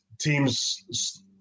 team's